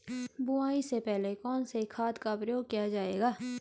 बुआई से पहले कौन से खाद का प्रयोग किया जायेगा?